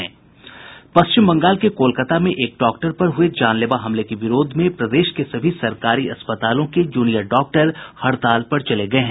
पश्चिम बंगाल के कोलकाता में एक डॉक्टर पर हुए जानलेवा हमले के विरोध में प्रदेश के सभी सरकारी अस्पतालों के जूनियर डॉक्टर हड़ताल पर चले गये है